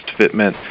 fitment